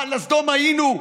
הלסדום היינו?